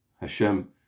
Hashem